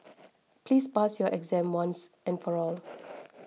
please pass your exam once and for all